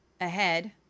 ahead